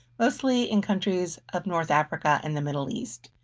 mostly in countries of north africa and the middle east.